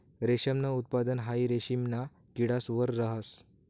रेशमनं उत्पादन हाई रेशिमना किडास वर रहास